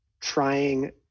trying